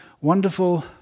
wonderful